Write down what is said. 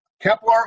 Kepler